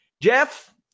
Jeff